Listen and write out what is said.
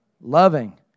Loving